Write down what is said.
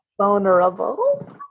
vulnerable